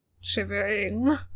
shivering